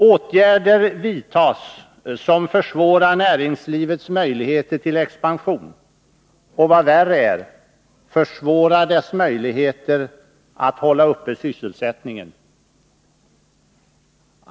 Åtgärder vidtas som försvårar näringslivets möjligheter till expansion och — vad värre är — försvårar dess möjligheter att hålla uppe sysselsättningen.